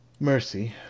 Mercy